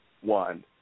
one